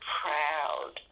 proud